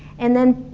and then,